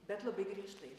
bet labai griežtai